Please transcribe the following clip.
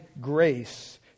grace